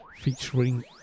featuring